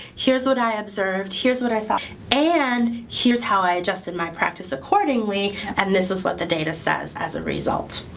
here's what i observed, here's what i saw, and here's how i adjusted my practice accordingly, and this is what the data says as a result.